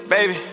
Baby